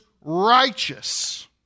righteous